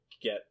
get